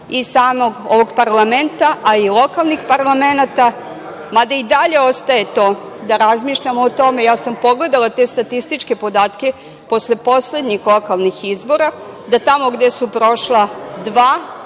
i samog ovog parlamenta, a i lokalnih parlamenata, mada i dalje ostaje to da razmišljamo o tome. Ja sam pogledala te statističke podatke posle poslednjih lokalnih izbora da tamo gde su prošla dva odbornika,